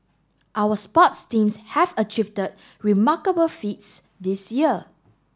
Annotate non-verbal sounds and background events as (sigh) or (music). our sports teams have (unintelligible) remarkable feats this year